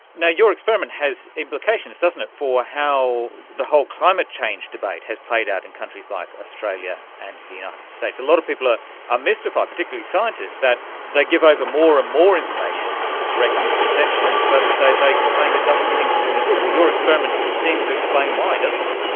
yeah your experiment has implications, doesn't it, for how the whole climate change debate has played out in countries like australia and the united states. a lot of people are ah mystified, particularly scientists, that they give over more and more information to correct misperceptions, but they complained it doesn't seem to do any good. well, your experiment seems to explain why, doesn't it.